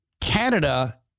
Canada